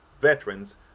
Veterans